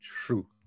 true